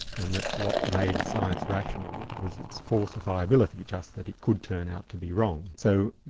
and that what made science rational was its falsifiability, just that it could turn out to be wrong. so,